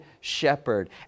shepherd